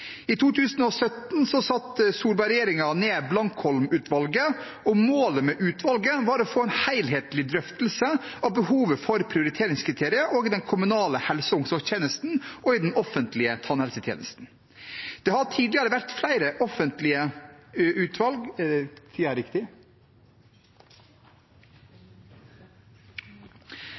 I 2017 satte Solberg-regjeringen ned Blankholm-utvalget, og målet med utvalget var å få en helhetlig drøftelse av behovet for prioriteringskriterier i den kommunale helse- og omsorgstjenesten og i den offentlige tannhelsetjenesten. Det har tidligere vært flere offentlige utvalg